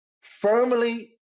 firmly